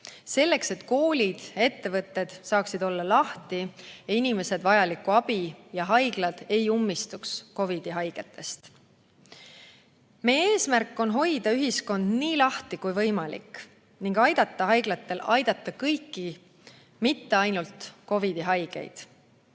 selleks et koolid ja ettevõtted saaksid olla lahti ja inimesed vajalikku abi ja haiglad ei ummistuks COVID‑i haigetega. Meie eesmärk on hoida ühiskond nii lahti kui võimalik ning aidata haiglatel aidata kõiki, mitte ainult COVID‑ihaigeid.